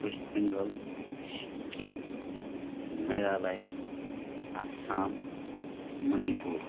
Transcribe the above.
West Bengal Sikkim Meghalaya Assam Manipur